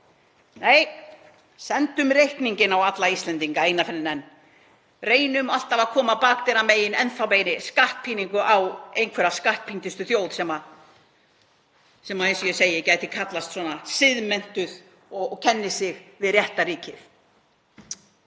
Nei, sendum reikninginn á alla Íslendinga eina ferðina enn. Reynum alltaf að koma bakdyramegin enn þá meiri skattpíningu á einhverja skattpíndustu þjóð sem, eins og ég segi, gæti kallast siðmenntuð og kennir sig við réttarríkið.